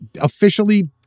officially